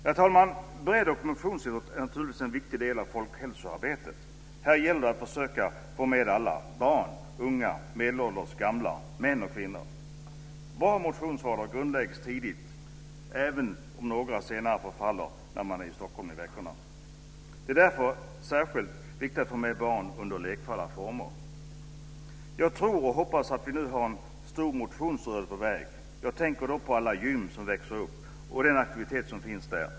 Herr talman! Bredd och motionsidrott är naturligtvis en viktig del av folkhälsoarbetet. Här gäller det att försöka få med alla - barn, unga, medelålders, gamla, män och kvinnor. Bra motionsvanor grundläggs tidigt - även om några senare förfaller när de är i Stockholm i veckorna. Det är därför särskilt viktigt att få med barn under lekfulla former. Jag tror och hoppas att vi nu har en stor motionsrörelse på väg. Jag tänker då på alla gym som växer upp och den aktivitet som finns där.